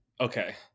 okay